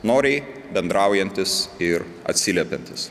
noriai bendraujantis ir atsiliepiantis